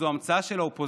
זו המצאה של האופוזיציה,